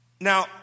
Now